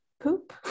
poop